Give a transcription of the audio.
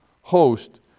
host